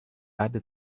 other